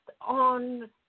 on